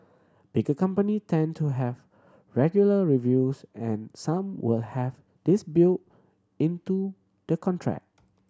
bigger company tend to have regular reviews and some will have this built into the contract